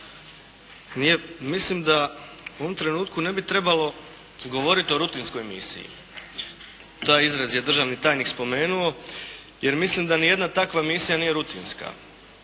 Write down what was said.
Mislim da u ovom trenutku ne bi trebalo govoriti o rutinskoj misiji. Taj izraz je državni tajnik spomenuo jer mislim da ni jedna takva misija nije rutinska.